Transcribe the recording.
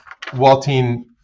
Waltine